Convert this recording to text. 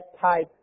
type